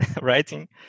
writing